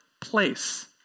place